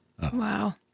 wow